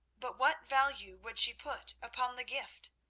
but what value would she put upon the gift?